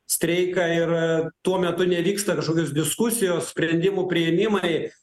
streiką ir tuo metu nevyksta kažkokios diskusijos sprendimų priėmimai